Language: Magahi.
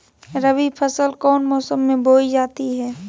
रबी फसल कौन मौसम में बोई जाती है?